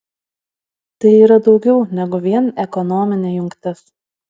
tai yra daugiau negu vien ekonominė jungtis